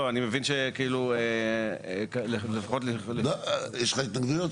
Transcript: לא, אני מבין, לפחות --- יש לך התנגדויות?